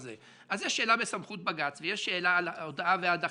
יש שאלה בסמכות בג"ץ, יש אלה בהודעה והדחה,